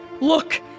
Look